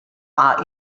are